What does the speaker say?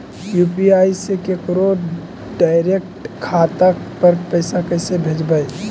UPI से केकरो direct खाता पर पैसा कैसे भेजबै?